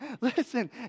Listen